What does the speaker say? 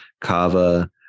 cava